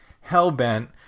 hell-bent